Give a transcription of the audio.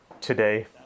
today